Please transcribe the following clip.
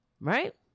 right